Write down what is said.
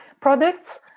products